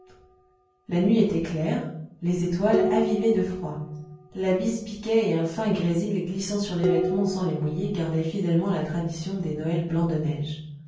la nuit était claire les étoiles avivées de froid la bise piquait et un fin grésil glissant sur les vêtements sans les mouiller gardait fidèlement la tradition des noëls blancs de neige